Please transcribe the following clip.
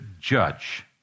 judge